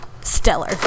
stellar